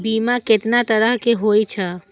बीमा केतना तरह के हाई छै?